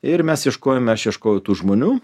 ir mes ieškojome aš ieškojau tų žmonių